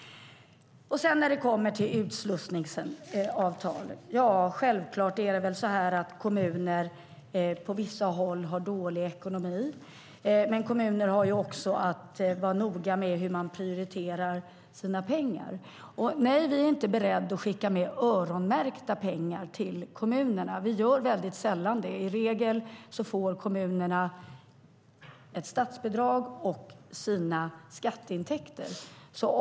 När det gäller utslussningsavtal är det klart att kommuner på vissa håll har dålig ekonomi. Men kommunerna har att vara noga med hur de prioriterar sina pengar. Nej, jag är inte beredd att skicka med öronmärkta pengar till kommunerna. Vi gör det väldigt sällan. I regel får kommunerna ett statsbidrag och sina skatteintäkter.